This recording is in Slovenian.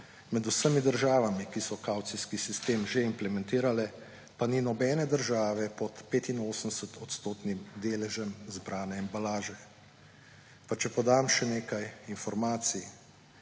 med vsemi državami, ki so kavcijski sistem že implementirale, pa ni nobene države pod 85-odstotnim deležem zbrane embalaže. Pa če podam še nekaj informacij.